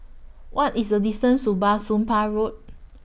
What IS The distance to Bah Soon Pah Road